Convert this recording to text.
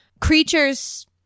Creatures